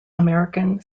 american